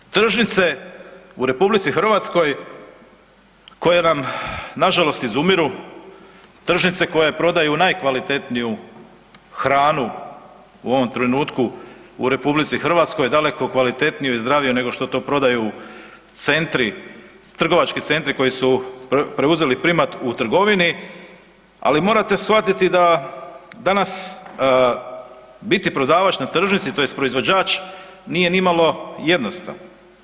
Tržnice u RH koje nam nažalost izumiru, tržnice koje prodaju najkvalitetniju hranu u ovom trenutku u RH, daleko kvalitetniju i zdraviju nego što to prodaju centri, trgovački centri koji su preuzeli primat u trgovini, ali morate shvatiti da danas biti prodavač na tržnici, tj. proizvođač nije nimalo jednostavno.